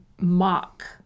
mock